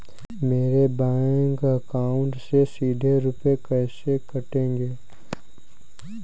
मेरे bank account से सीधे रुपए कैसे कटेंगे?